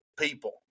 people